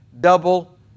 double